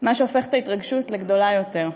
מה שהופך את ההתרגשות לגדולה יותר.